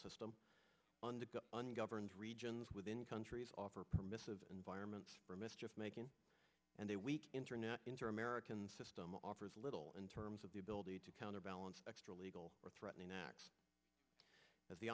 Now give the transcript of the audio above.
system ungoverned regions within countries offer a permissive environment for mischief making and they weak internet interim american system offers little in terms of the ability to counterbalance extralegal threatening acts as the